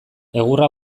egurra